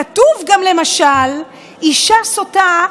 כתוב גם למשל: אישה שוטה,